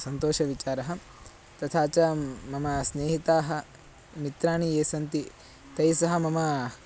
सन्तोषविचारः तथा च मम स्नेहिताः मित्राणि ये सन्ति तैः सह मम